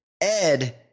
Ed